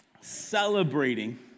celebrating